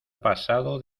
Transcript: pasado